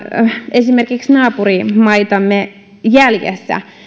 esimerkiksi naapurimaitamme jäljessä